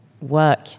work